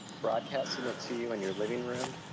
broadcasting it to you in your living room,